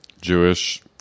jewish